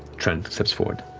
trent steps forward.